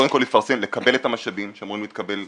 קודם כל לפרסם ולקבל את המשאבים שאמורים להתקבל.